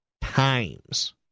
times